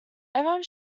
everyone